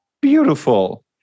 Beautiful